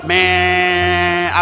Man